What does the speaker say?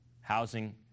Housing